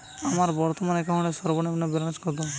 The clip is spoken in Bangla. আমার বর্তমান অ্যাকাউন্টের সর্বনিম্ন ব্যালেন্স কত?